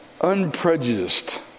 unprejudiced